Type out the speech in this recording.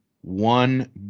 one